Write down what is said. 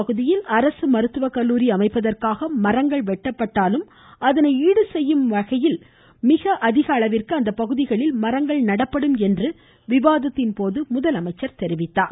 பகுதியில் அரசு மருத்துவக் கல்லூரி அமைப்பதற்காக மரங்கள் ஹட்டி வெட்டப்பட்டாலும் அதை ஈடுசெய்கின்ற அளவில் மிக அதிக அளவிற்கு அந்த பகுதிகளில் மரங்கள் நடப்படும் என்று விவதாத்தின்போது முதலமைச்சர் தெரிவித்தார்